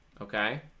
Okay